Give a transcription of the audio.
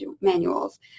manuals